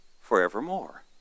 forevermore